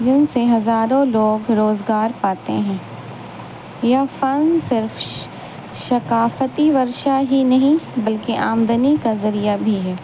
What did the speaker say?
جن سے ہزاروں لوگ روزگار پاتے ہیں فن صرف ثقافتی ورشہ ہی نہیں بلکہ آمدنی کا ذریعہ بھی ہے